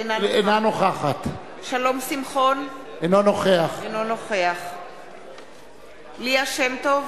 אינה נוכחת שלום שמחון, אינו נוכח ליה שמטוב,